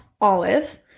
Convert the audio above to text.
Olive